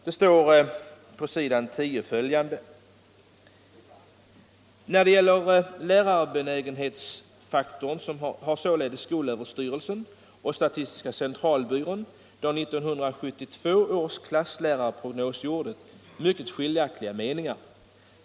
På s. 10 står följande: ”När det gäller lärarbenägenhetsfaktorn hade således skolöverstyrelsen och statistiska centralbyrån , då 1972 års klasslärarprognos gjordes, mycket skiljaktiga meningar.